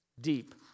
deep